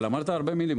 אבל אמרת הרבה מילים,